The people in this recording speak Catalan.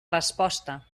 resposta